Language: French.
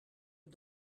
est